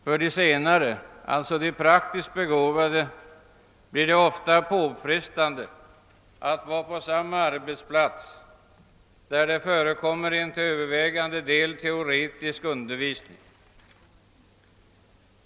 För de senare, alltså de praktiskt begåvade, blir det ofta påfrestande att vara på samma arbetsplats, där det förekommer en till övervägande del teoretisk undervisning.